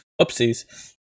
oopsies